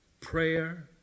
prayer